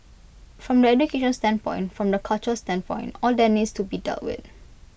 from the education standpoint from the culture standpoint all that needs to be dealt with